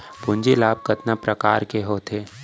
पूंजी लाभ कतना प्रकार के होथे?